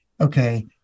okay